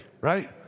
right